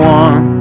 one